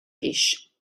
guix